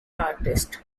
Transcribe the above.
artist